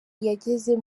yageze